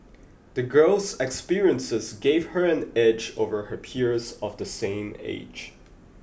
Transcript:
the girl's experiences gave her an edge over her peers of the same age